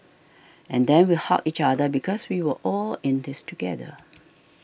and then we hugged each other because we were all in this together